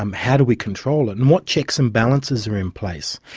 um how do we control it and what checks and balances are in place.